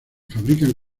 fabrican